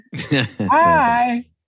Hi